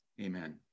Amen